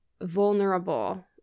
Vulnerable